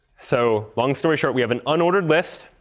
so long story short, we have an unordered list.